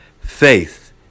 faith